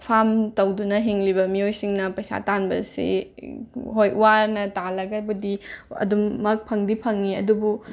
farm ꯇꯧꯗꯨꯅ ꯍꯤꯡꯂꯤꯕ ꯃꯤꯑꯣꯏꯁꯤꯡꯅ ꯄꯩꯁꯥ ꯇꯥꯟꯕ ꯑꯁꯤ ꯍꯣꯏ ꯋꯥꯅ ꯇꯥꯜꯂꯒꯕꯨꯗꯤ ꯑꯗꯨꯃꯛ ꯐꯪꯗꯤ ꯐꯪꯏ ꯑꯗꯨꯕꯨ